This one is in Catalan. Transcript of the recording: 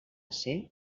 ser